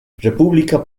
república